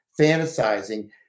fantasizing